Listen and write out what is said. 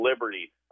liberty